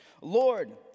Lord